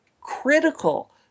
critical